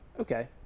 Okay